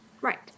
Right